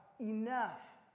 enough